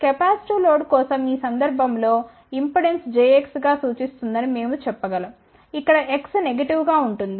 capacitive load కోసం ఈ సందర్భం లో ఇంపెడెన్స్ jX గా సూచిస్తుందని మేము చెప్పగలంఇక్కడ X నెగిటివ్ గా ఉంటుంది